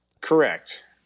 Correct